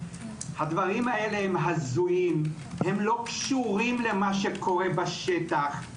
הדברים האלה הזויים, הם לא קשורים למה שקורה בשטח.